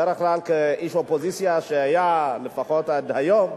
בדרך כלל, כאיש אופוזיציה, שהיה, לפחות עד היום,